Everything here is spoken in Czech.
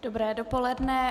Dobré dopoledne.